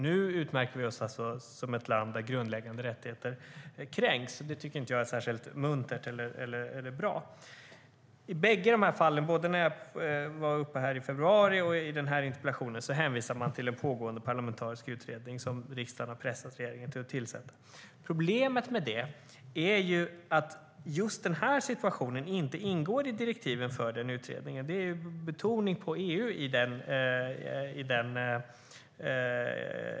Nu utmärker vi oss som ett land där grundläggande rättigheter kränks. Det är inte särskilt muntert eller bra. Vid dessa båda tillfällen, både när jag var uppe i februari och i denna interpellationsdebatt, har man hänvisat till den pågående parlamentariska utredning som riksdagen har pressat regeringen att tillsätta. Problemet är att just denna situation inte ingår i direktiven för den utredningen eftersom betoningen är på EU.